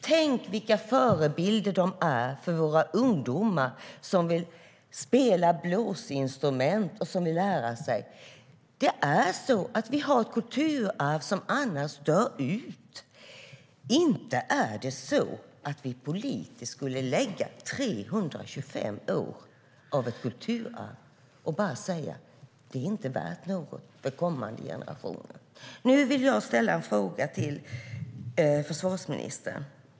Tänk vilka förebilder de är för våra ungdomar som vill spela blåsinstrument och lära sig! Det är så att vi har ett kulturarv som annars dör ut. Inte är det så att vi politiskt skulle ta 325 år av kulturarv och säga att det inte är värt något för kommande generationer. Nu vill jag ställa en fråga till försvarsministern.